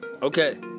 Okay